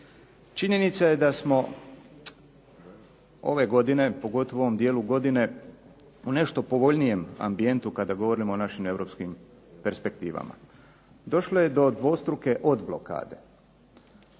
Činjenica je da smo ove godine, pogotovo u ovom dijelu godine, u nešto povoljnijem ambijentu kada govorimo o našim europskim perspektivama. Došlo je do dvostruke odblokade